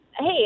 Hey